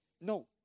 No